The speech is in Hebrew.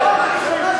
שמים לב.